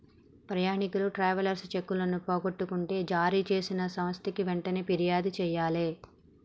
ప్రయాణీకులు ట్రావెలర్స్ చెక్కులను పోగొట్టుకుంటే జారీచేసిన సంస్థకి వెంటనే పిర్యాదు జెయ్యాలే